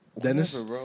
Dennis